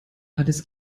addis